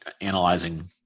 analyzing